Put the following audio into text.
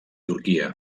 turquia